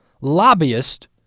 lobbyist